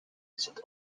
bezit